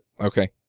Okay